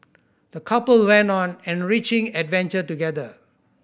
the couple went on an enriching adventure together